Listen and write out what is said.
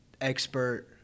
Expert